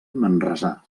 manresà